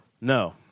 No